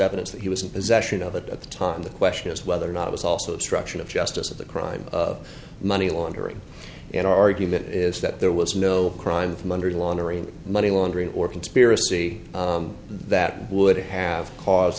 evidence that he was in possession of it at the time and the question is whether or not it was also structuring of justice of the crime of money laundering an argument is that there was no crime from under the laundering money laundering or conspiracy that would have caused